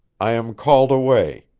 i am called away.